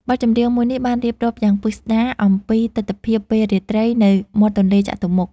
បទចម្រៀងមួយនេះបានរៀបរាប់យ៉ាងពិស្តារអំពីទិដ្ឋភាពពេលរាត្រីនៅមាត់ទន្លេចតុមុខ។